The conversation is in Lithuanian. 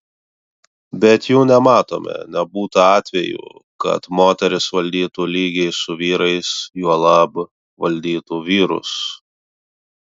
bet jų nematome nebūta atvejų kad moterys valdytų lygiai su vyrais juolab valdytų vyrus